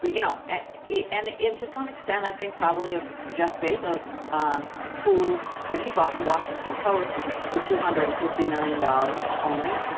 but you know it and it into some extent, i think probably of jeff bezos, um who when he bought the washington post for two hundred and fifty million dollars only,